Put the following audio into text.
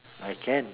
I can